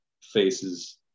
faces